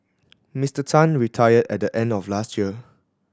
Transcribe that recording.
Mister Tan retired at the end of last year